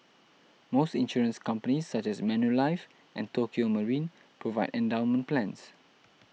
most insurance companies such as Manulife and Tokio Marine provide endowment plans